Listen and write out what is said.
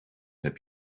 heb